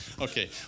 Okay